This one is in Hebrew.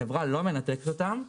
החברה לא מנתקת אותם.